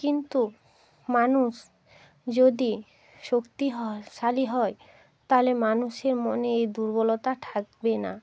কিন্তু মানুষ যদি শক্তি হ শালী হয় তালে মানুষের মনে এই দুর্বলতা থাকবে না